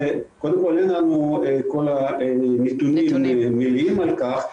קודם כל אין לנו את הנתונים המלאים על כך,